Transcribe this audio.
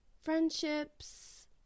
friendships